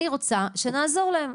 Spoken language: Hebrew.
אני רוצה שנעזור להם.